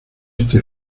este